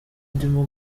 ndimo